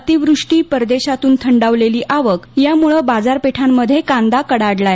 अतिवृष्टी परदेशातून थंडावलेली आवक यामुळे बाजारपेठांमध्ये कांदा कडाडला आहे